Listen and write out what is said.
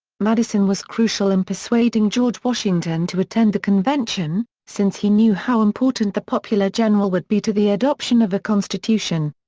madison was crucial in persuading george washington to attend the convention, since he knew how important the popular general would be to the adoption of a constitution.